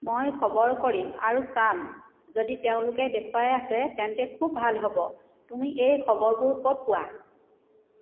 মই খবৰ কৰিম আৰু চাম যদি তেওঁলোকে দেখুৱাই আছে তেন্তে খুব ভাল হ'ব তুমি এই খবৰবোৰ ক'ত পোৱা